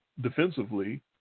defensively